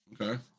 Okay